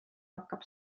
hakkab